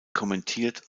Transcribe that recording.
kommentiert